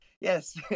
yes